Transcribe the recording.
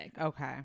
Okay